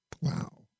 Wow